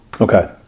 okay